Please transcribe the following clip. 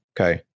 Okay